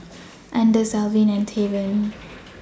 Anders Alvin and Tavon